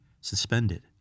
Suspended